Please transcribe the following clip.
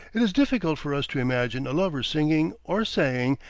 it is difficult for us to imagine a lover singing, or saying,